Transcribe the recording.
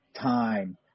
time